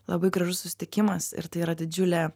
labai gražus susitikimas ir tai yra didžiulė